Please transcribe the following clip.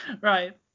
right